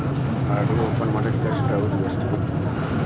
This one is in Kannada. ಆರ್.ಡಿ ಒಪನ್ ಮಾಡಲಿಕ್ಕ ಗರಿಷ್ಠ ಅವಧಿ ಎಷ್ಟ ಬೇಕು?